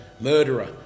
murderer